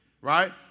right